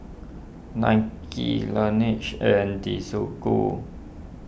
Nike Laneige and Desigual